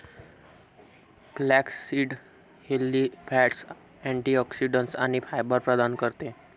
flaxseed healthy fats, antioxidants आणि fibre प्रदान करते